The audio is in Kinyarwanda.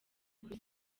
kuri